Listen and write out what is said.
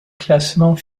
classement